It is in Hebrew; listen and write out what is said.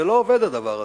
זה לא עובד הדבר הזה.